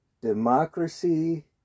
democracy